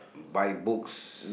buy books